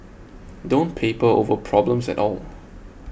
don't paper over problems at all